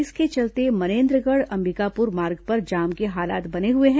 इसके चलते मनेन्द्रगढ़ अंबिकापुर मार्ग पर जाम के हालात बने हुए हैं